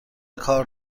کار